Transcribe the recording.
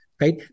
right